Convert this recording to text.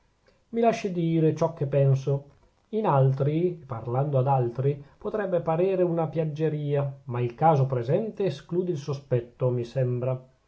mi lasci dire ciò che penso in altri e parlando ad altri potrebbe parere una piaggerìa ma il caso presente esclude il sospetto mi sembra